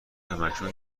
هماکنون